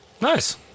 nice